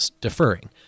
deferring